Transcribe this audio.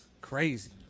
Crazy